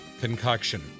concoction